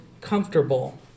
comfortable